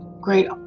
great